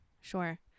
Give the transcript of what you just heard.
sure